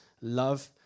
love